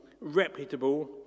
reputable